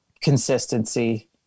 consistency